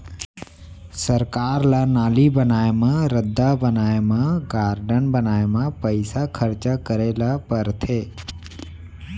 सरकार ल नाली बनाए म, रद्दा बनाए म, गारडन बनाए म पइसा खरचा करे ल परथे